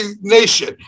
nation